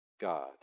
God